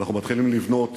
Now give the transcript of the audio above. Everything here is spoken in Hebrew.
ואנחנו מתחילים לבנות